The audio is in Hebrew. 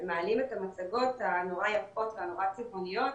הם מעלים את ההצגות הנורא יפות והנורא צבעוניות,